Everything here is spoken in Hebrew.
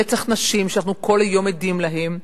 ברצח נשים שאנחנו כל יום עדים לו,